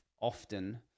often